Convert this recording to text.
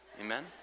Amen